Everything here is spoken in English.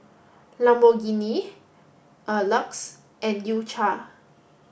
Lamborghini a LUX and U cha